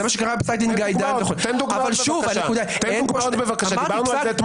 זה מה שקרה- -- דיברנו על זה אתמול.